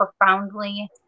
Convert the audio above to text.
profoundly